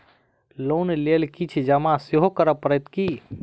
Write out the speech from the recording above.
Loan लेल किछ जमा सेहो करै पड़त की?